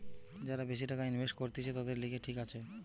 যারা বেশি টাকা ইনভেস্ট করতিছে, তাদের লিগে ঠিক আছে